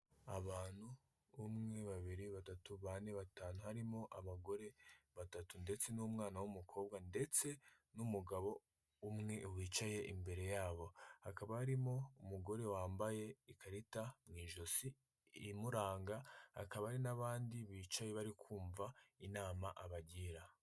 Abantu; umwe, babiri, batatu, bane, batanu barimo abagore batatu ndetse n'umwana w'umukobwa ndetse n'umugabo umwe wicaye imbere yabo. Hakaba harimo umugore wambaye ikarita mu ijosi imuranga hakaba hari n'abandi bicaye bari kumva inama abagira.